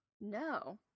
No